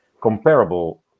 comparable